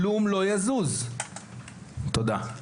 תודה.